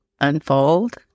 unfold